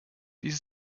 dies